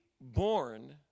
born